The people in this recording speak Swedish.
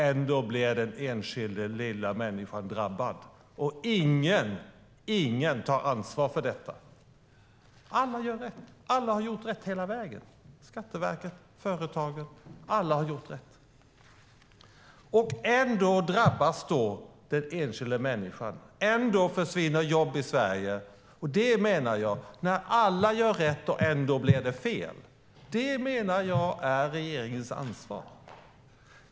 Ändå blir den enskilda lilla människan drabbad, och ingen tar ansvar för detta. Alla gör rätt. Alla har gjort rätt hela vägen: Skatteverket och företagen. Ändå drabbas den enskilda människan, och ändå försvinner jobb i Sverige. När alla gör rätt och det ändå blir fel menar jag att det är regeringens ansvar.